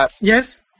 yes